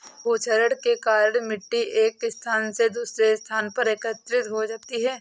भूक्षरण के कारण मिटटी एक स्थान से दूसरे स्थान पर एकत्रित हो जाती है